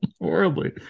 horribly